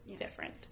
different